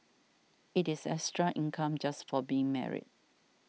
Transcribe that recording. it is extra income just for being married